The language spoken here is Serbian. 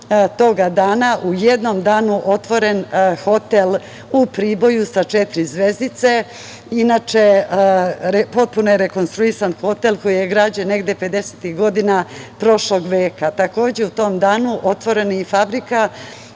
toga dana u jednom danu otvoren hotel u Priboju sa 4 zvezdice, inače, potpuno je rekonstruisan hotel koji je građen negde 50. tih godina prošlog veka. Takođe, u tom danu je otvorena i fabrika